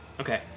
Okay